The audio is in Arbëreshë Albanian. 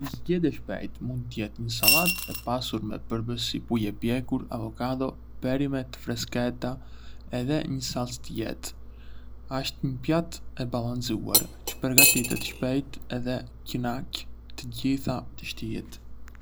Një zgjidhje e shpejtë mund të jetë një sallatë e pasur me përbërës si pulë e pjekur, avocado, perime të freskëta edhe një salcë të lehtë. Asht një pjatë e balancuar, çë përgatitet shpejt edhe kënaq të gjitha shijet.